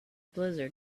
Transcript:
blizzard